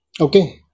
Okay